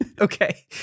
Okay